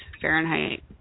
Fahrenheit